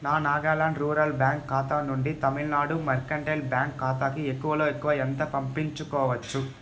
నా Nagaland rural bank ఖాతా నుండి తమిళనాడు మర్కంటైల్ బ్యాంక్ ఖాతాకి ఎక్కువలో ఎక్కువ ఎంత పంపించుకోవచ్చు